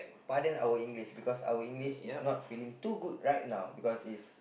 pardon our English because our English is not feeling too good right now because is